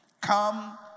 Come